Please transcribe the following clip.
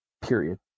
period